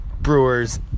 Brewers